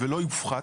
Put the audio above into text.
ולא יופחת.